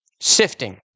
sifting